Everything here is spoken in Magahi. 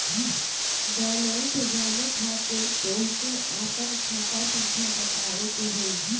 बैलेंस जाने खातिर तोह के आपन खाता संख्या बतावे के होइ?